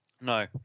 No